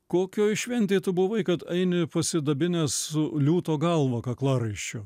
kokioj šventėj tu buvai kad eini pasidabinęs su liūto galva kaklaraiščiu